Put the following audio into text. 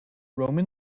roman